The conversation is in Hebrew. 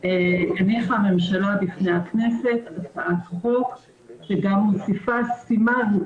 הניחה הממשלה בפני הכנסת הצעת חוק שגם מוסיפה סימן.